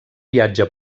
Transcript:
viatge